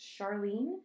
Charlene